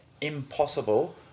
impossible